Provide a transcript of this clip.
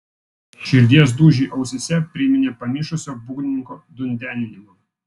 širdies dūžiai ausyse priminė pamišusio būgnininko dundenimą